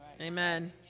Amen